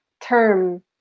term